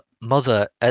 mother